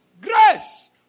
grace